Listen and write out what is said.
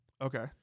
Okay